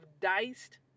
diced